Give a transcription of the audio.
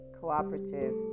cooperative